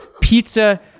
pizza